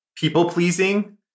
people-pleasing